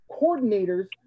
coordinators